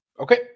Okay